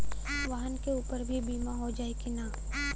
वाहन के ऊपर भी बीमा हो जाई की ना?